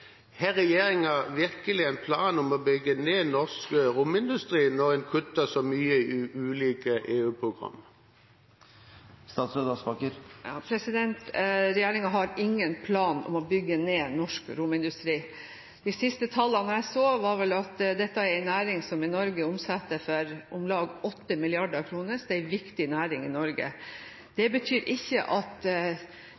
Har regjeringen virkelig en plan om å bygge ned norsk romindustri når en kutter så mye i ulike EU-program? Regjeringen har ingen plan om å bygge ned norsk romindustri. De siste tallene jeg så, var at dette er en næring som i Norge omsetter for om lag 8 mrd. kr, så det er en viktig næring i Norge. Det